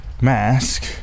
mask